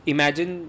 Imagine